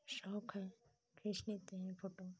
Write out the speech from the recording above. शौक़ है खींच लेते हैं फोटो